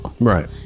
Right